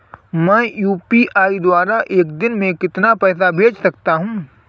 मैं यू.पी.आई द्वारा एक दिन में कितना पैसा भेज सकता हूँ?